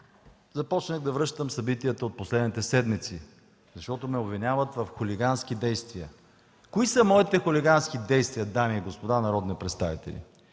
започнах да връщам събитията от последните седмици, защото ме обвиняват в хулигански действия. Кои са моите хулигански действия, дами и господа народни представители?